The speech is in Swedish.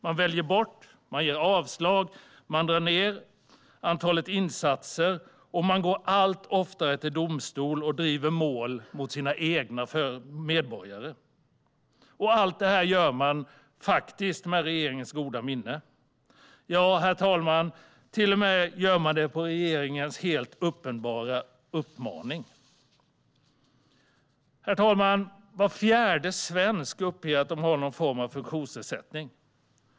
Man väljer bort, ger avslag och drar ned på antalet insatser. Och man går allt oftare till domstol och driver mål mot våra medborgare. Allt detta gör man faktiskt med regeringens goda minne. Ja, herr talman, man gör till och med det på regeringens uppenbara uppmaning. Herr talman! Var fjärde svensk uppger att de har någon form av funktionsnedsättning.